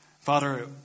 father